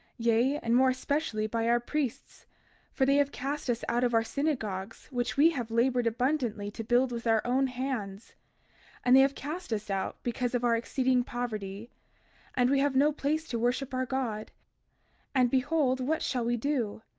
yea, and more especially by our priests for they have cast us out of our synagogues which we have labored abundantly to build with our own hands and they have cast us out because of our exceeding poverty and we have no place to worship our god and behold, what shall we do?